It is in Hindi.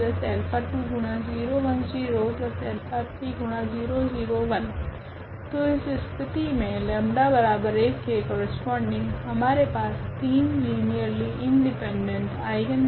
तथा तब यह तो इस स्थिति मे 𝜆1 के करस्पोंडिंग हमारे पास तीन लीनियरली इंडिपेंडेंट आइगनवेक्टरस है